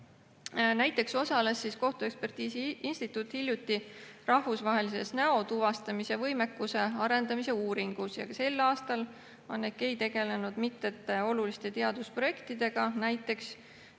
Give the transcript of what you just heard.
Näiteks osales kohtuekspertiisi instituut hiljuti rahvusvahelises näotuvastamise võimekuse arendamise uuringus ja ka sel aastal on EKEI tegelenud mitme olulise teadusprojektiga, näiteks